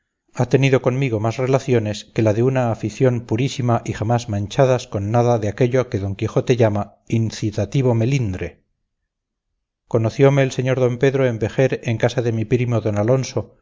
ha tenido conmigo más relaciones que la de una afición purísima y jamás manchadas con nada de aquello que d quijote llamaba incitativo melindre conociome el sr d pedro en vejer en casa de mi primo d alonso